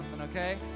okay